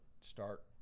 start